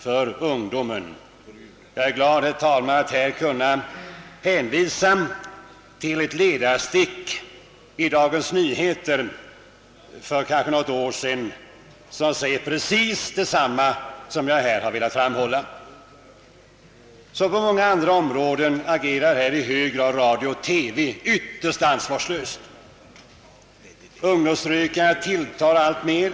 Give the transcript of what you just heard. Jag är glad, herr talman, att på denna punkt kunna hänvisa till ett ledarstick i Dagens Nyheter för något år sedan där precis detsamma framhölls. Som på många andra områden agerar radio och TV här ytterst ansvarslöst. Ungdomsrökandet tilltar alltmer.